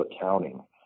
accounting